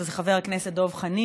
וזה חבר הכנסת דב חנין,